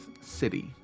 City